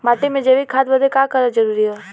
माटी में जैविक खाद बदे का का जरूरी ह?